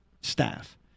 staff